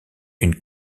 une